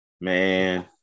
Man